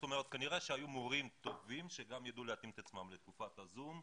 זאת אומרת כנראה שהיו מורים טובים שגם ידעו להתאים את עצמם לתקופת הזום,